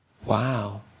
Wow